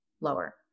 lower